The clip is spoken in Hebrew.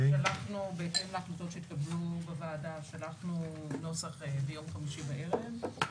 שלחנו נוסח בהתאם להחלטות שהתקבלו בוועדה ביום חמישי בערב,